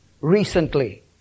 recently